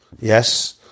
Yes